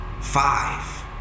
five